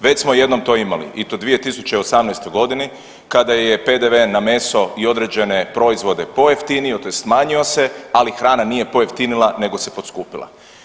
Već smo jednom to imali i to 2018. godini kada je PDV na meso i određene proizvode pojeftinio tj. smanjio se, ali hrana nije pojeftinila nego se poskupila.